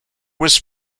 was